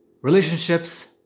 Relationships